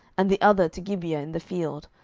and the other to gibeah in the field,